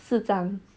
四张